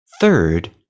Third